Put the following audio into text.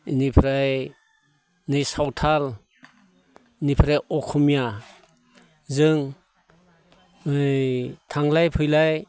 बेनिफ्राय नै सावथाल बेनिफ्राय असमिया जों थांलाय फैलाय